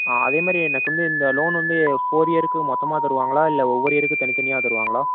ஆ அதேமாதிரி எனக்கு வந்து இந்த லோன் வந்து ஃபோர் இயருக்கு மொத்தமாக தருவாங்களா இல்லை ஒவ்வொரு இயருக்கு தனி தனியாக தருவாங்களா